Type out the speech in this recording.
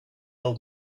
old